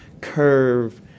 curve